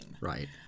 Right